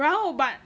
然后 but